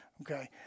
Okay